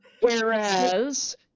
Whereas